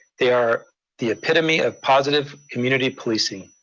they are the epitome of positive community policing.